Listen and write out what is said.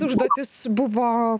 užduotis buvo